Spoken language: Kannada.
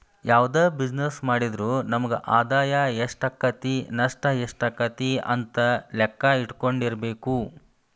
ಯಾವ್ದ ಬಿಜಿನೆಸ್ಸ್ ಮಾಡಿದ್ರು ನಮಗ ಆದಾಯಾ ಎಷ್ಟಾಕ್ಕತಿ ನಷ್ಟ ಯೆಷ್ಟಾಕ್ಕತಿ ಅಂತ್ ಲೆಕ್ಕಾ ಇಟ್ಕೊಂಡಿರ್ಬೆಕು